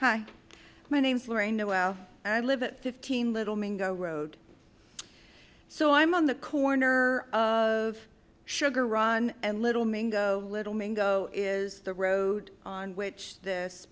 hi my name's lorraine noel and i live in fifteen little mango road so i'm on the corner of sugar run and little mango little mango is the road on which this